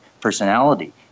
personality